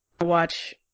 Watch